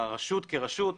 הרשות כרשות,